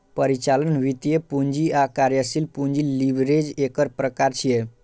परिचालन, वित्तीय, पूंजी आ कार्यशील पूंजी लीवरेज एकर प्रकार छियै